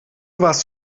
warst